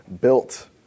built